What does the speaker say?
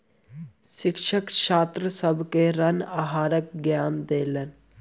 शिक्षक छात्र सभ के ऋण आहारक ज्ञान देलैन